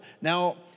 Now